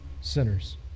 sinners